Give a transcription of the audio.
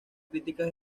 críticas